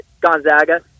Gonzaga